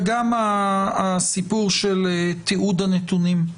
וגם הסיפור של תיעוד הנתונים.